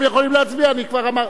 תודה.